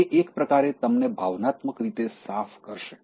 તે એક પ્રકારે તમને ભાવનાત્મક રીતે સાફ કરશે